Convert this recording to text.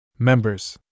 Members